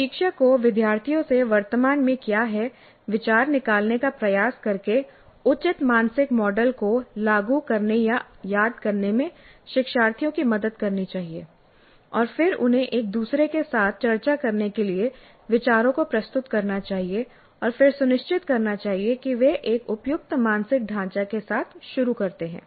प्रशिक्षक को विद्यार्थियों से वर्तमान में क्या है विचार निकालने का प्रयास करके उचित मानसिक मॉडल को लागू करने या याद करने में शिक्षार्थियों की मदद करनी चाहिए और फिर उन्हें एक दूसरे के साथ चर्चा करने के लिए विचारों को प्रस्तुत करना चाहिए और फिर सुनिश्चित करना चाहिए कि वे एक उपयुक्त मानसिक ढांचा के साथ शुरू करते हैं